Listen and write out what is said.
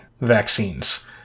vaccines